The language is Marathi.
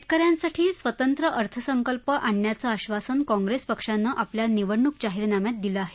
शेतक यांसाठी स्वतंत्र अर्थसंकल्प आणण्याचं आश्वासन काँप्रेस पक्षानं आपल्या निवडणूक जाहीरनाम्यात दिलं आहे